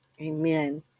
Amen